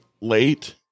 late